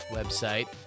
website